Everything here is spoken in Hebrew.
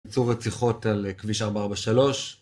בוצעו רציחות על כביש 443